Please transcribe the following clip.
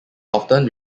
often